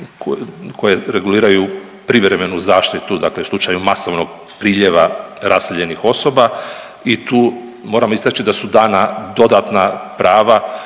koje reguliraju privremenu zaštitu, dakle u slučaju masovnog priljeva raseljenih osoba i tu moramo istaći da su dana dodatna prava